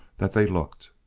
that they looked.